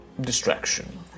distraction